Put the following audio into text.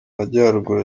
majyaruguru